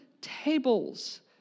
tables